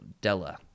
Della